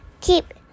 keep